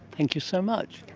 thank you so much.